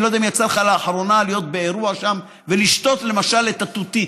אני לא יודע אם יצא לך לאחרונה להיות באירוע שם ולשתות למשל את התותית.